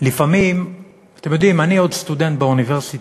אתם יודעים, אני עוד סטודנט באוניברסיטה.